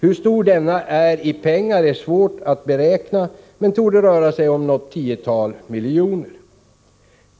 Hur stor denna är i pengar är svårt att beräkna, men det torde röra sig om något tiotal miljoner.